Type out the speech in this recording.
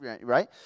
Right